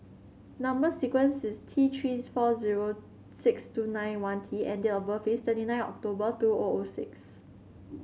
number sequence is T Three four zero six two nine one T and date of birth is twenty nine October two O O six